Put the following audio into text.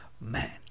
Man